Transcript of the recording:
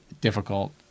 difficult